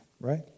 right